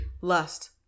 Lust